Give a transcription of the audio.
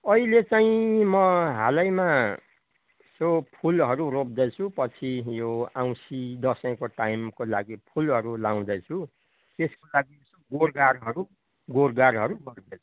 अहिले चाहिँ म हालैमा यसो फुलहरू रोप्दैछु पछि यो औँसी दसैँको टाइमको लागि फुलहरू लाउँदैछु त्यस्को लागि यसो गोडगाडहरू गोडगाडहरू गर्दैछु